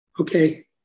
Okay